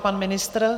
Pan ministr?